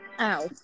Ow